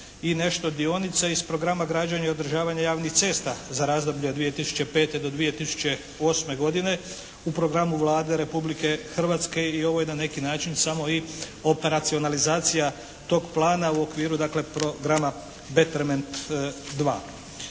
i nešto dionica iz programa građenja i održavanja javnih cesta za razdoblje od 2005. do 2008. godine u programu Vlade Republike Hrvatske i ovo je na neki način samo i operacionalizacija tog plana u okviru dakle programa "Beterment